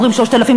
אומרים 3,000,